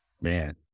Man